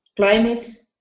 climate.